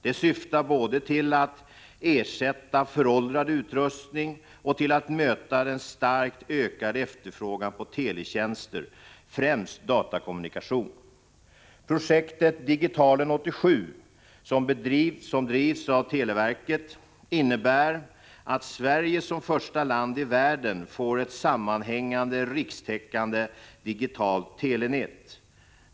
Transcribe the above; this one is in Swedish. De syftar både till att ersätta föråldrad utrustning och till att möta den starkt ökande efterfrågan på teletjänster — främst datakommunikation. Projektet ”Digitalen 87” som drivs av televerket innebär att Sverige som första land i världen får ett sammanhängande rikstäckande digitalt telenät.